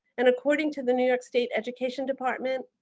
and according to the new york state education department,